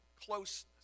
closeness